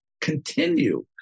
continue